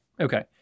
Okay